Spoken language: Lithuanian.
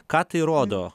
ką tai rodo